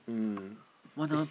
um it's